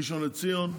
ראשון לציון,